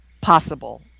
possible